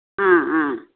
ஆ ஆ